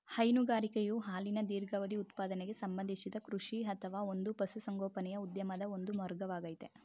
ಹೈನುಗಾರಿಕೆಯು ಹಾಲಿನ ದೀರ್ಘಾವಧಿ ಉತ್ಪಾದನೆಗೆ ಸಂಬಂಧಿಸಿದ ಕೃಷಿ ಅಥವಾ ಒಂದು ಪಶುಸಂಗೋಪನೆಯ ಉದ್ಯಮದ ಒಂದು ವರ್ಗವಾಗಯ್ತೆ